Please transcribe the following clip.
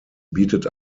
bietet